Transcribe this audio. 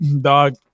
Dog